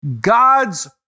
God's